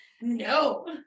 No